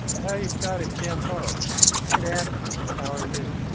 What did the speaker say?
hey, scott. it's dan charles hey, dan how are you?